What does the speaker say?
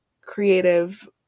creative